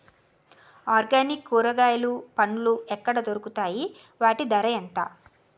Organic కూరగాయలు పండ్లు ఎక్కడ దొరుకుతాయి? వాటి ధర ఎంత?